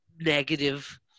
negative